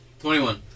Twenty-one